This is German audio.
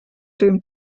dem